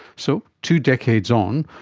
so two decades on,